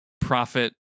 Profit